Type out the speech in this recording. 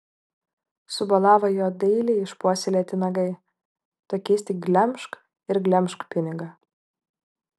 subolavo jo dailiai išpuoselėti nagai tokiais tik glemžk ir glemžk pinigą